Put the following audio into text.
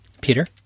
Peter